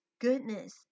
goodness